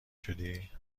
شدی